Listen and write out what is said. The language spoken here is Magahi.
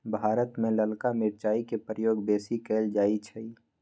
भारत में ललका मिरचाई के प्रयोग बेशी कएल जाइ छइ